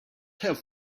have